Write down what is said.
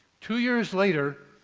two years later,